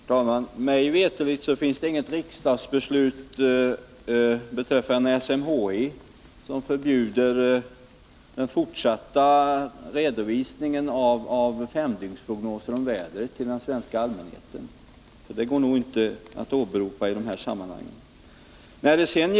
Herr talman! Mig veterligen finns inget riksdagsbeslut beträffande SMHI som förbjuder fortsatt redovisning av femdygnsprognoserna om vädret till den svenska allmänheten. Det går inte att åberopa något riksdagsbeslut i det här sammanhanget.